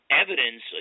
evidence